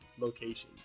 locations